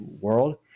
World